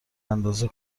اندازه